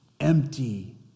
empty